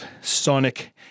sonic